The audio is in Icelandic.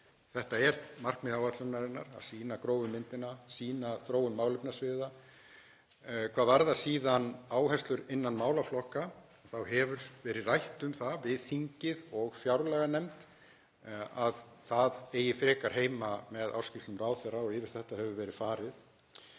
Það er markmið áætlunarinnar að sýna grófu myndina, sýna þróun málefnasviða. Hvað varðar síðan áherslur innan málaflokka þá hefur verið rætt um það við þingið og fjárlaganefnd að það eigi frekar heima með ársskýrslum ráðherra og yfir þetta hefur verið farið.